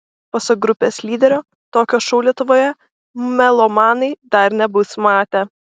pasak grupės lyderio tokio šou lietuvoje melomanai dar nebus matę